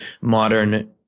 modern